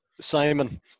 Simon